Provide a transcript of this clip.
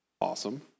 awesome